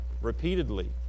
repeatedly